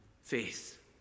Faith